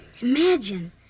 Imagine